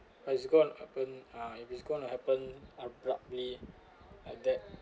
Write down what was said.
like it's gonna happen ah if it's gonna happen abruptly like that